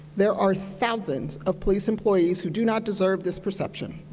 there are thousands of police employees who do not deserve this perception.